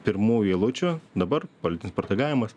pirmųjų eilučių dabar politinis protegavimas